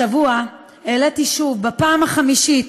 השבוע העליתי שוב, בפעם החמישית,